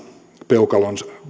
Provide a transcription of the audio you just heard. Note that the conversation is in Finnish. peukalonsa